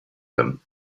them